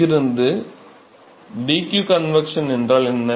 இங்கிருந்து எனவே dq வெப்பச்சலனம் என்றால் என்ன